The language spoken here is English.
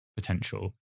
potential